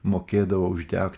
mokėdavo uždegt